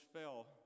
fell